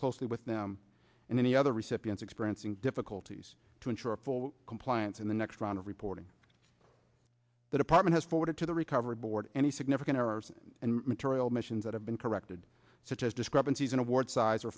closely with them and the other recipients experiencing difficulties to ensure full compliance in the next round of reporting the department has forwarded to the recovery board any significant errors and material missions that have been corrected such as discrepancies in award size or